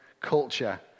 culture